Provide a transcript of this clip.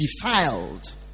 defiled